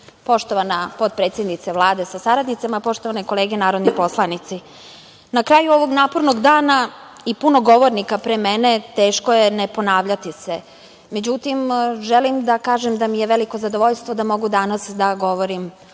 potpredsednice Vlade sa saradnicima, poštovane kolege narodni poslanici, na kraju ovog napornog dana i puno govornika pre mene, teško je ne ponavljati se. Međutim, želim da kažem da mi je veliko zadovoljstvo da mogu danas da govorim